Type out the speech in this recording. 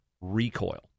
recoil